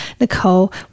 Nicole